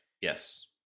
Yes